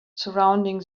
surrounding